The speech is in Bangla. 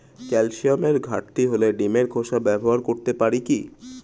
ক্যালসিয়ামের ঘাটতি হলে ডিমের খোসা ব্যবহার করতে পারি কি?